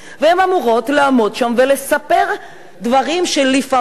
והן אמורות לעמוד שם ולספר דברים שלפעמים,